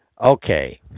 Okay